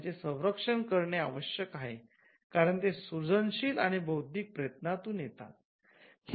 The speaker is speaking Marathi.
त्यांचे संरक्षण करणे आवश्यक आहे कारण ते सृजनशील किंवा बौद्धिक प्रयत्नातून येतात